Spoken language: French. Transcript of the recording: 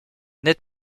naît